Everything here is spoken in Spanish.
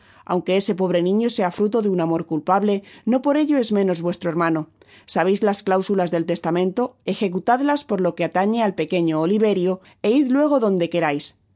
aunque ese pobre niño sea el fruto de un amor culpable no por ello es menos vuestro hermano sabeis las cláusulas del testamento ejecutadlas por lo que atañe al pequeño oliverio é id luego donde querais